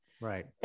right